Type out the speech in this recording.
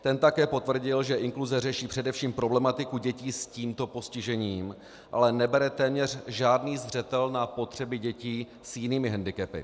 Ten také potvrdil, že inkluze řeší především problematiku dětí s tímto postižením, ale nebere téměř žádný zřetel na potřeby dětí s jinými hendikepy.